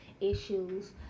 issues